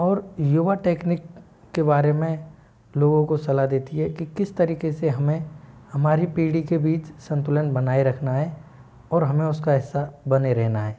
और युवा टेकनीक के बारे में लोगों को सलाह देती है कि किस तरीके से हमें हमारी पीढ़ी के बीच संतुलन बनाए रखना है और हमें उसका हिस्सा बने रहना है